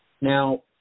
Now